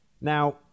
Now